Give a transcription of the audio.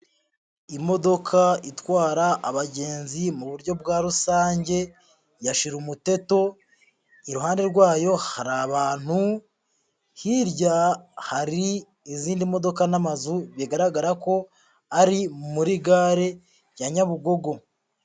Imodoka itwara abagenzi mu buryo bwa rusange ya shira umuteto, iruhande rwayo, hari abantu, hirya hari izindi modoka n'amazu bigaragara ko ari muri gare ya Nyabugogo.